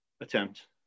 attempt